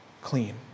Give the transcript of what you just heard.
clean